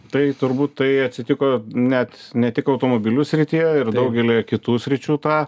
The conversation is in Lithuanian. tai turbūt tai atsitiko net ne tik automobilių srityje ir daugelyje kitų sričių tą